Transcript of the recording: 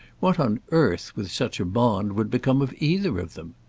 what on earth, with such a bond, would become of either of them?